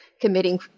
committing